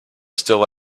still